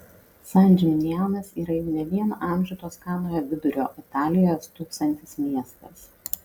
san džiminjanas yra jau ne vieną amžių toskanoje vidurio italijoje stūksantis miestas